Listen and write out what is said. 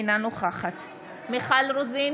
אינה נוכחת מיכל רוזין,